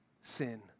sin